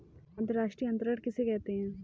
अंतर्राष्ट्रीय अंतरण किसे कहते हैं?